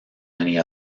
many